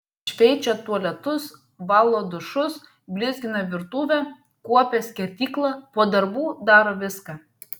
šveičia tualetus valo dušus blizgina virtuvę kuopia skerdyklą po darbų daro viską